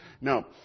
Now